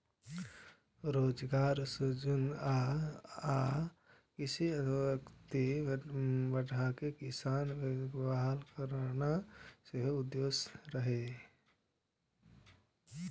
रोजगार सृजन आ कृषि अर्थव्यवस्था बढ़ाके किसानक विश्वास बहाल करनाय सेहो उद्देश्य रहै